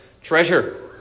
treasure